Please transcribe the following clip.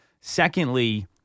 Secondly